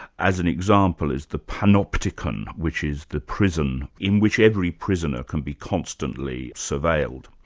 as an example, is the panoptican, which is the prison in which every prisoner can be constantly surveilled.